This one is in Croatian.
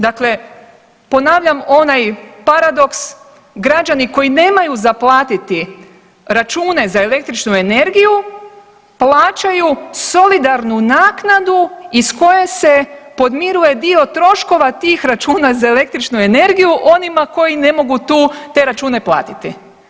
Dakle, ponavljam onaj paradoks, građani koji nemaju za platiti račune za električnu energiju plaćaju solidarnu naknadu iz koje se podmiruje dio troškova tih računa za električnu energiju onima koji ne mogu te račune platiti.